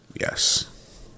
Yes